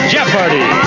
Jeopardy